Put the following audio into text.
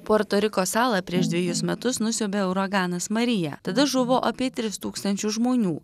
puerto riko salą prieš dvejus metus nusiaubė uraganas marija tada žuvo apie tris tūkstančius žmonių